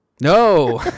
No